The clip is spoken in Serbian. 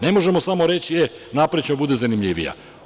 Ne možemo samo reći – e, napravićemo da bude zanimljivija.